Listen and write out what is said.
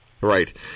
right